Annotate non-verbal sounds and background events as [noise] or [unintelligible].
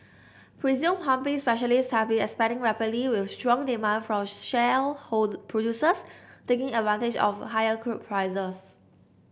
pressure pumping specialists have been expanding rapidly with strong demand from shale [unintelligible] producers taking advantage of higher crude prices